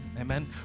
Amen